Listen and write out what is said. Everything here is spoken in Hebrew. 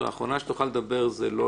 אני מבקש לא